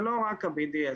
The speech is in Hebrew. זה לא רק ה-BDS,